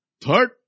Third